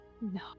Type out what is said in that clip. No